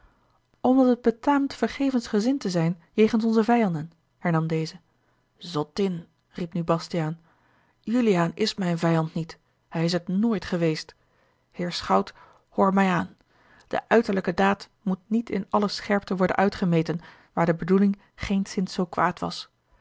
omdat het betaamt vergevensgezind te zijn jegens onze vijanden hernam deze zottin riep nu bastiaan juliaan is mijne vijand niet hij is het nooit geweest heer schout hoor mij aan de uiterlijke daad moet niet in alle scherpte worden uitgemeten waar de bedoeling geenszins zoo kwaad was